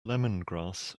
lemongrass